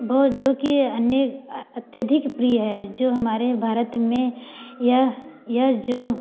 वे जो कि अनेक अत्यधिक प्रिय हैं जो हमारे भारत में यह यह जो